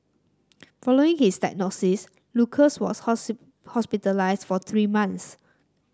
following his diagnosis Lucas was hospitalised for three months